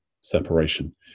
separation